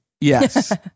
Yes